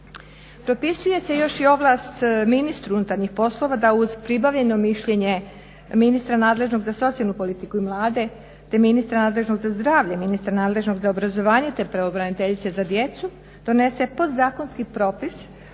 Propisuje se još i ovlast ministru unutarnjih poslova da uz pribavljeno mišljenje ministra nadležnog za socijalnu politiku i mlade te ministra nadležnog za zdravlje, ministra nadležnog za obrazovanje te pravobraniteljice za djecu donese podzakonski propis